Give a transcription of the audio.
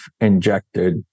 injected